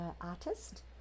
artist